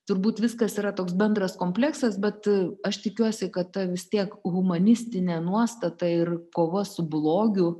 turbūt viskas yra toks bendras kompleksas bet aš tikiuosi kad ta vis tiek humanistinė nuostata ir kova su blogiu